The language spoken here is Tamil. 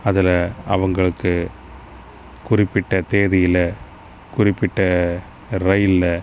அதில் அவங்களுக்கு குறிப்பிட்டத் தேதியில் குறிப்பிட்ட ரயிலில்